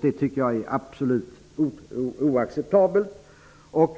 Det tycker jag är absolut oacceptabelt.